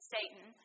Satan